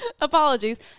Apologies